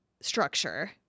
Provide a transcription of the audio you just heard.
structure